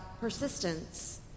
persistence